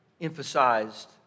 emphasized